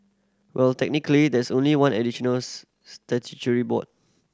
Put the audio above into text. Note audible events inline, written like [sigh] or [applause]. well technically there is only one additional [unintelligible] statutory board